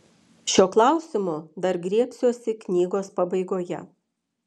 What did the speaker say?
šio klausimo dar griebsiuosi knygos pabaigoje